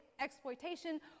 exploitation